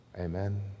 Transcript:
Amen